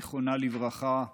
זיכרונה לברכה,